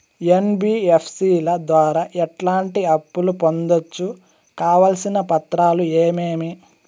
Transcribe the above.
NBFC ల ద్వారా ఎట్లాంటి అప్పులు పొందొచ్చు? కావాల్సిన పత్రాలు ఏమేమి?